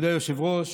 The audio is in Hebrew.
מכובדי היושב-ראש,